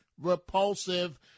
repulsive